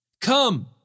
Come